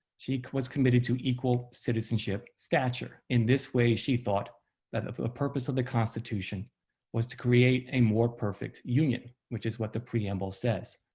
she was committed to equal citizenship stature. in this way, she thought that the purpose of the constitution was to create a more perfect union, which is what the preamble says.